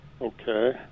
Okay